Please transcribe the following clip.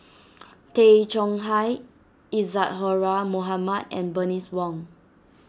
Tay Chong Hai Isadhora Mohamed and Bernice Wong